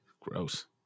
Gross